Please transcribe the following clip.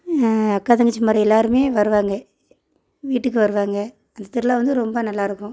அக்கா தங்கச்சி முறை எல்லாேருமே வருவாங்க வீட்டுக்கு வருவாங்க அந்த திருவிழா வந்து ரொம்ப நல்லாயிருக்கும்